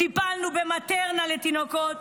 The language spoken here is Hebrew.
טיפלנו במטרנה לתינוקות,